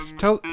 tell